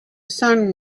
sun